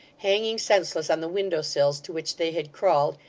hanging senseless on the window-sills to which they had crawled,